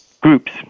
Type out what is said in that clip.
groups